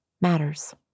matters